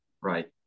right